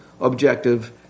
objective